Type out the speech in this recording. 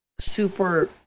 super